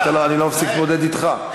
אבל אני לא מפסיק להתמודד אתך.